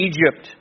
Egypt